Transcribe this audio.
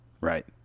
Right